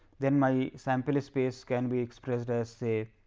then my sample space can be expressed as a